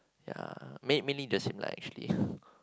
yeah main mainly the same like actually